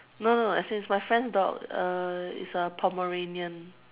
no no no as in it's my friend's dog it's a Pomeranian